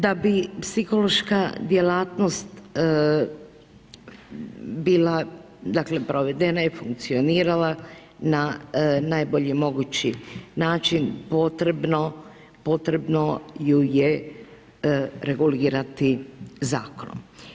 Da bi psihološka djelatnost bila dakle provedena i funkcionirala, na najbolji mogući način potrebno ju je regulirati zakonom.